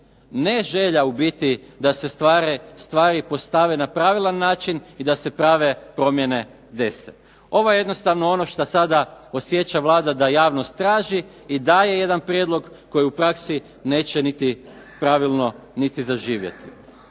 ne želja u biti da se stvari postave na pravilan na čin i da se prave promjene dese. Ovo je jednostavno ono što sada osjeća Vlada da javnost traži i daje jedan prijedlog koji u praksi neće pravilno niti zaživjeti.